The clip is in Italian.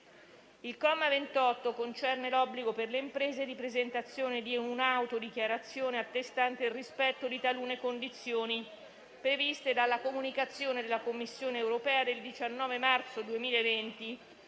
Il comma 28 concerne l'obbligo per le imprese di presentazione di un'autodichiarazione attestante il rispetto di talune condizioni previste dalla comunicazione della Commissione europea del 19 marzo 2020